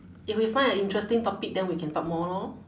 if we find an interesting topic then we can talk more lor